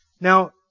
Now